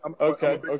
okay